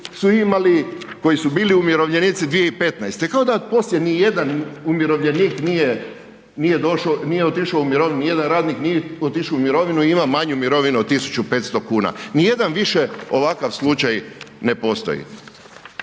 koji su bili umirovljenici 2015., kao da poslije nijedan umirovljenik nije došao, nije otišao u mirovinu ni jedan radnik nije otišao u mirovinu i ima manju mirovinu od 1.500 kuna. Nijedan više ovakav slučaj na postoji.